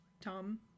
Tom